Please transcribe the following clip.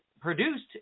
produced